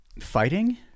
fighting